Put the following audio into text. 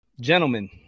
Gentlemen